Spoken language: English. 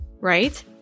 Right